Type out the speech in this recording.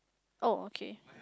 oh okay